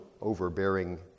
overbearing